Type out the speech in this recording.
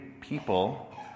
people